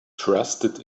trusted